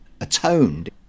atoned